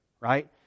right